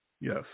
yes